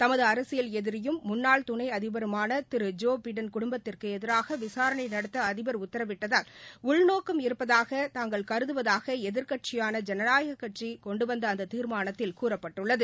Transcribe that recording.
தமது அரசியல் எதிரியும் முன்னாள் துணை அதிபருமான் ஜோ பிடன் குடும்பத்திற்கு எதிராக விசாரணை நடத்த அதிபர் உத்தரவிட்டதில் உள்நோக்கம் இருப்பதாக தாங்கள் கருதுவதாக எதிர்க்கட்சியாள ஜனநாயக கட்சி கொண்டுவ்நத அந்த தீர்மானத்தில் கூறப்பட்டுள்ளது